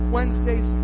Wednesdays